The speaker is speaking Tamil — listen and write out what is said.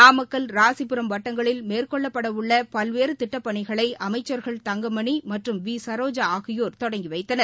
நாமக்கல் ராசிபுரம் வட்டங்களில் மேற்கொள்ளப்பட உள்ள பல்வேறு திட்டப்பணிகளை அமைச்சர்கள் தங்கமணி மற்றும் விசரோஜா ஆகியோர் தொடங்கிவைத்தனர்